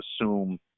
assume